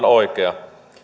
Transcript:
oikea